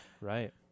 Right